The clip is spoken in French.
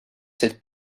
cette